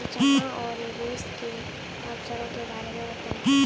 जमा और निवेश के अवसरों के बारे में बताएँ?